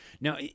now